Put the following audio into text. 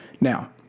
Now